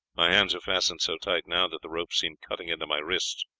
my hands are fastened so tight now that the ropes seem cutting into my wrists,